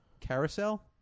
carousel